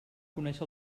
conèixer